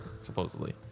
supposedly